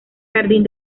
jardín